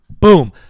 boom